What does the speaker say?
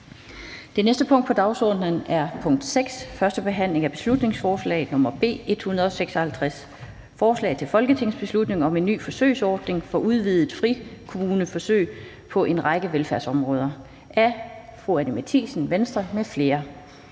Det næste punkt på dagsordenen er: 6) 1. behandling af beslutningsforslag nr. B 156: Forslag til folketingsbeslutning om en ny forsøgsordning for udvidede frikommuneforsøg på en række velfærdsområder. Af Anni Matthiesen (V) m.fl.